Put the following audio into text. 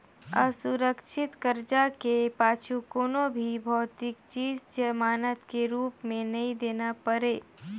असुरक्छित करजा के पाछू कोनो भी भौतिक चीच जमानत के रूप मे नई देना परे